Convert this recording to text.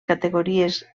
categories